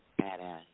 badass